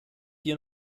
hier